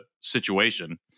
situation